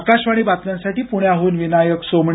आकाशवाणी बातम्यांसाठी पुण्याहून विनायक सोमणी